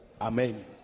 Amen